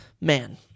Man